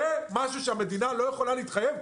זה משהו שהמדינה לא יכולה להתחייב?